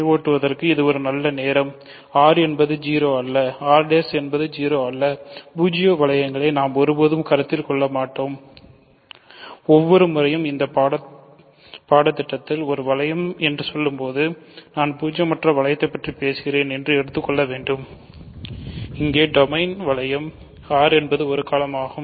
R இன் சீர்மமானது 0 அல்லது R ஆகும்